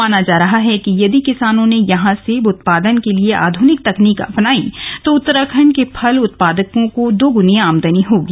माना जा रहा है कि यदि किसानों ने यहां सेब उत्पादन के लिए आधुनिक तकनीक अपनाई तो उत्तराखंड के फल उत्पादकों को दोगुनी आमदनी होगी